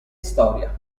storia